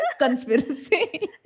conspiracy